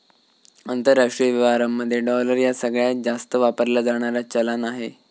आंतरराष्ट्रीय व्यवहारांमध्ये डॉलर ह्या सगळ्यांत जास्त वापरला जाणारा चलान आहे